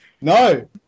No